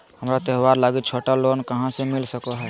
हमरा त्योहार लागि छोटा लोन कहाँ से मिल सको हइ?